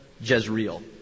Jezreel